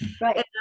Right